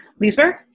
Leesburg